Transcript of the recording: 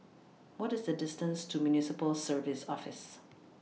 What IS The distance to Municipal Services Office